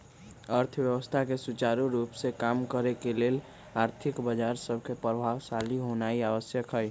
अर्थव्यवस्था के सुचारू रूप से काम करे के लेल आर्थिक बजार सभके प्रभावशाली होनाइ आवश्यक हइ